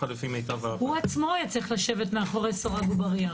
הוא עצמו היה צריך לשבת מאחורי סורג ובריח.